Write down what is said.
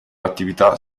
attività